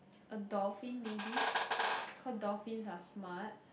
a dolphin maybe cause dolphin are smart